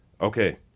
Okay